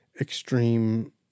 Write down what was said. extreme